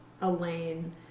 Elaine